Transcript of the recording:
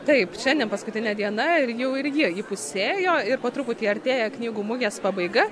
taip šiandien paskutinė diena ir jau irgi įpusėjo ir po truputį artėja knygų mugės pabaiga